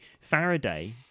Faraday